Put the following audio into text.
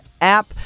app